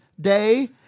Day